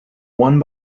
one